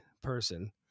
person